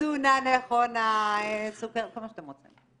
-- תזונה נכונה, סוכרת, כל מה שאתם רוצים.